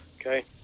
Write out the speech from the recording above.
okay